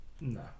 No